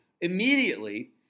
immediately